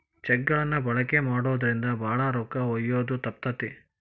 check ಗಳನ್ನ ಬಳಕೆ ಮಾಡೋದ್ರಿಂದ ಭಾಳ ರೊಕ್ಕ ಒಯ್ಯೋದ ತಪ್ತತಿ